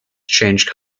change